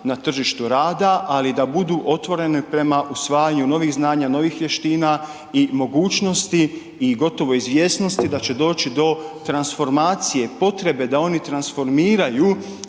na tržištu rada, ali da budu otvorene prema usvajanju novih znanja, novih vještina i mogućnosti i gotovo izvjesnosti da će doći do transformacije, potrebe da oni transformiraju